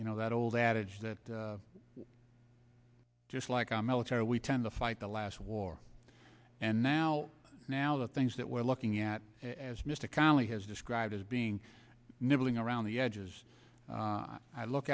you know that old adage that just like our military we tend to fight the last war and now now the things that we're looking at as mr connelly has described as being nibbling around the edges i look